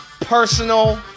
personal